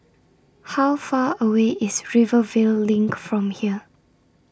How Far away IS Rivervale LINK from here